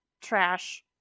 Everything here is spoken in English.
trash